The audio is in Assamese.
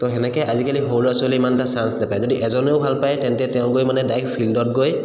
ত' তেনেকৈ আজিকালি সৰু ল'ৰা ছোৱালী ইমান এটা চাঞ্চ নাপায় যদি এজনেও ভাল পায় তেন্তে তেওঁ গৈ মানে ডাইৰেক্ট ফিল্ডত গৈ